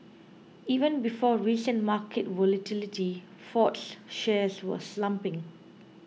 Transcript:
even before recent market volatility Ford's shares were slumping